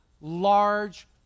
Large